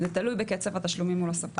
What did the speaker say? זה תלוי בקצב התשלומים מול הספקים.